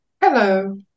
Hello